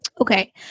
Okay